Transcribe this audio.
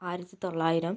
ആയിരത്തി തൊള്ളായിരം